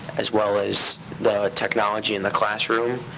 as well as the technology in the classroom,